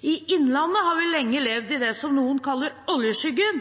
I innlandet har vi lenge levd i det som noen kaller oljeskyggen.